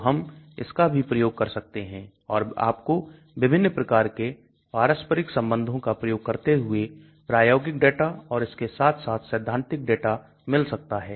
तो हम इसका भी प्रयोग कर सकते हैं और आपको विभिन्न प्रकार के पारस्परिक संबंधों का प्रयोग करते हुए प्रायोगिक डाटा और इसके साथ साथ सैद्धांतिक डाटा मिल सकता है